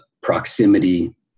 proximity